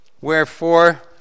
Wherefore